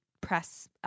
press